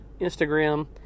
instagram